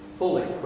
fully